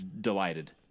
delighted